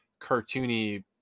cartoony